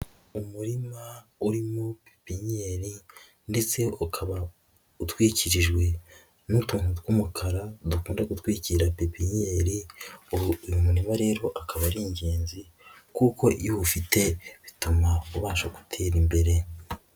Umurima urimo pipinyeri ndetse ukaba utwikirijwe n'utuntu tw'umukara dukunda gutwikira pipinyeri, ubu uyu murima rero akaba ari ingenzi kuko iyo uwufite bituma ubasha gutera imbere.